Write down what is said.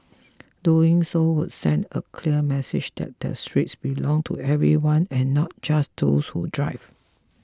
doing so would send a clear message that the streets belong to everyone and not just those who drive